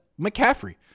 McCaffrey